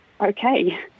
okay